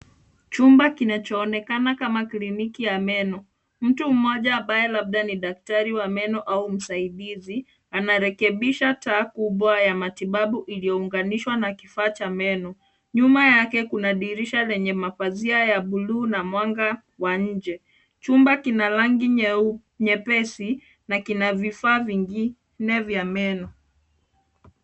Chumba kinachoonekana kama kliniki ya meno. Mtu mmoja ambaye labda ni daktari wa meno au msaidizi anarekebisha taa kubwa ya matibabu iliyounganishwa na kifaa cha meno. Nyuma yake kuna dirisha lenye mapazia ya bluu na mwanga wa nje. Chumba kina rangi nyeu- nyepesi na kina vifaa vingine vya meno.